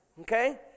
Okay